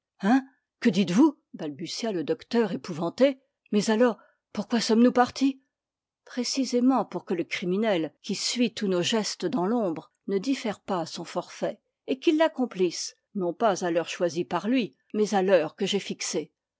hein que dites-vous balbutia le docteur épouvanté mais alors pourquoi sommes-nous partis précisément pour que le criminel qui suit tous nos gestes dans l'ombre ne diffère pas son forfait et qu'il l'accomplisse non pas à l'heure choisie par lui mais à l'heure que j'ai fixée